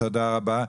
תודה רבה.